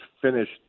finished